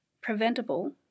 preventable